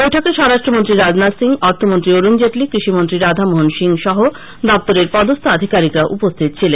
বৈঠকে স্বরাষ্ট্রমন্ত্রী রাজনাথ সিং অর্থমন্ত্রী অরুণ জেটলি কৃষিমন্ত্রী রাধামোহন সিং সহ দপ্তরের পদস্থ আধিকারিকরা উপস্থিত ছিলেন